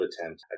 attempt